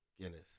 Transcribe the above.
Guinness